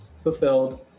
fulfilled